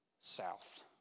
south